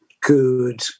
good